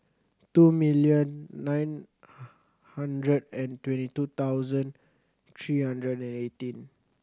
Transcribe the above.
two million nine hundred and twenty two thousand three hundred and eighteen